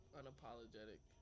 unapologetic